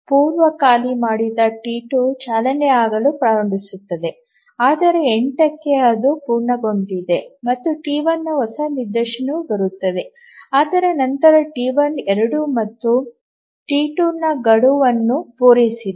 ಪೂರ್ವ ಖಾಲಿ ಮಾಡಿದ T2 ಚಾಲನೆಯಾಗಲು ಪ್ರಾರಂಭಿಸುತ್ತದೆ ಆದರೆ 8 ಕ್ಕೆ ಅದು ಪೂರ್ಣಗೊಂಡಿದೆ ಮತ್ತು T1 ನ ಹೊಸ ನಿದರ್ಶನವು ಬರುತ್ತದೆ ಆದರೆ ನಂತರ T1 ಎರಡೂ ಮತ್ತು ಟಿ 2 ತಮ್ಮ ಗಡುವನ್ನು ಪೂರೈಸಿದೆ